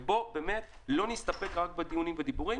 אז בואו לא נסתפק רק בדיונים ודיבורים